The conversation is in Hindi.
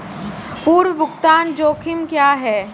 पूर्व भुगतान जोखिम क्या हैं?